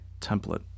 template